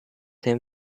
him